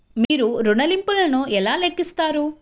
మీరు ఋణ ల్లింపులను ఎలా లెక్కిస్తారు?